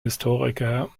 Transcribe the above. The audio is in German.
historiker